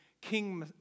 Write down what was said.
King